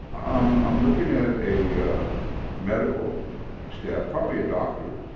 um i'm looking at a medical staff, probably a doctor.